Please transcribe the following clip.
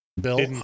Bill